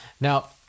Now